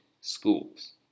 schools